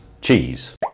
Cheese